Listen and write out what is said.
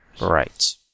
Right